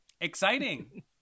Exciting